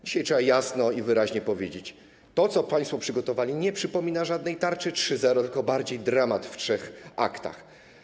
Dzisiaj trzeba jasno i wyraźnie powiedzieć: To, co państwo przygotowali, nie przypomina żadnej tarczy 3.0, tylko bardziej przypomina dramat w trzech aktach.